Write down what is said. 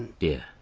do